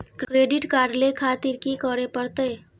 Credit card ले खातिर की करें परतें?